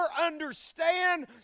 understand